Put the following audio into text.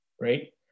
right